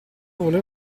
voler